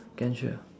can sure